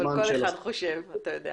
אבל כל אחד חושב כך.